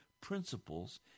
principles